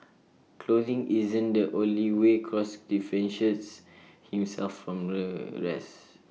clothing isn't the only way cross differentiates himself from the rest